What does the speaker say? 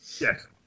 Yes